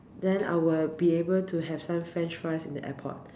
then I will be able to have some French fries in the airport